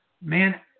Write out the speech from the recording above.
Man